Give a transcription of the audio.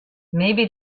maybe